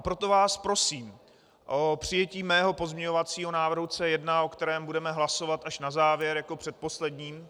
Proto vás prosím o přijetí mého pozměňovacího návrhu C1, o kterém budeme hlasovat až na závěr jako o předposledním.